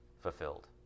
fulfilled